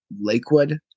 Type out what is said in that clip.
Lakewood